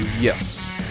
Yes